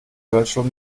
virtual